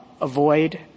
avoid